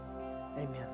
amen